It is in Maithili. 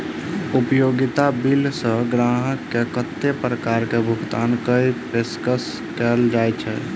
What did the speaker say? उपयोगिता बिल सऽ ग्राहक केँ कत्ते प्रकार केँ भुगतान कऽ पेशकश कैल जाय छै?